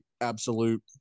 absolute